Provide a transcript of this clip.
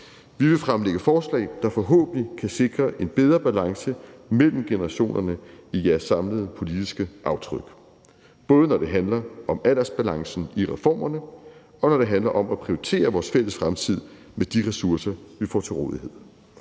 Vi vil fremlægge forslag, der forhåbentlig kan sikre en bedre balance mellem generationerne i det samlede politiske aftryk – både når det handler om aldersbalancen i reformerne, og når det handler om at prioritere vores fælles fremtid med de ressourcer, vi får til rådighed.